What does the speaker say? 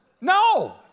No